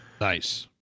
Nice